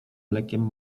mlekiem